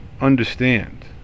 understand